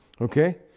Okay